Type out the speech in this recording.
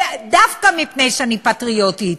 דווקא מפני שאני פטריוטית,